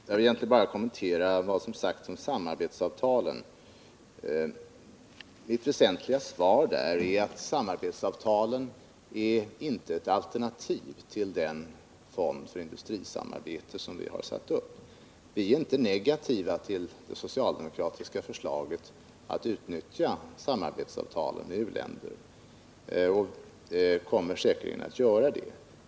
Herr talman! Jag vill egentligen bara kommentera vad som sagts om samarbetsavtalen. Mitt väsentliga svar där är att samarbetsavtalen inte är ett alternativ till den fond för industrisamarbete som vi har satt upp. Vi är inte negativa till det socialdemokratiska förslaget att utnyttja samarbetsavtalen med u-länder, och vi kommer säkerligen att göra det.